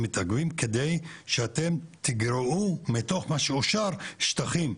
על מנת שאתם תגרעו מתוך מה שאושר שטחים,